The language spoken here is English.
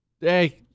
hey